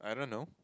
I don't know